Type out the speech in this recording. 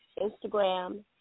Instagram